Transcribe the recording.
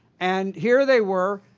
and here they were,